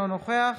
אינו נוכח